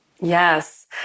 Yes